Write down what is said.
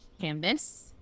canvas